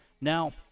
Now